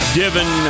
given